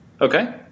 okay